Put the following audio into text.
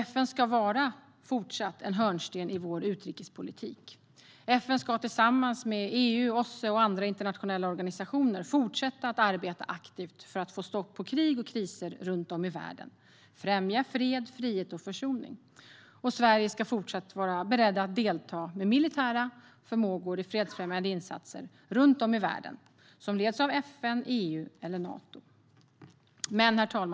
FN ska även i fortsättningen vara en hörnsten i vår utrikespolitik. FN ska tillsammans med EU, OSSE och andra internationella organisationer fortsätta att arbeta aktivt för att få stopp på krig och kriser runt om i världen. De ska främja fred, frihet och försoning. Och Sverige ska fortsätta vara redo att delta med militära förmågor i fredsfrämjande insatser som leds av FN, EU eller Nato runt om i världen.